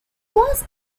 was